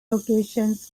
locations